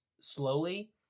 slowly